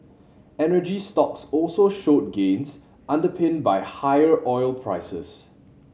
energy stocks also showed gains underpinned by higher oil prices